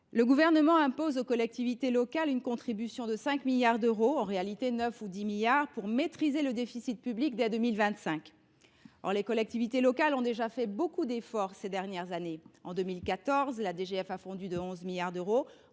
le Gouvernement impose aux collectivités locales une contribution de 5 milliards d’euros – en réalité 9 ou 10 milliards – pour maîtriser le déficit public dès 2025. Or les collectivités locales ont déjà fait beaucoup d’efforts ces dernières années. En 2014, la DGF a fondu de 11 milliards d’euros.